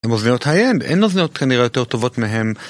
הם אוזניות הייאנד, אין אוזניות כנראה יותר טובות מהן